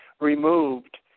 removed